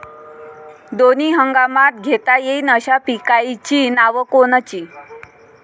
दोनी हंगामात घेता येईन अशा पिकाइची नावं कोनची?